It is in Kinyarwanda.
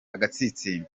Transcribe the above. agatsinsino